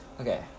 Okay